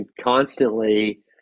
constantly